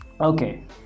Okay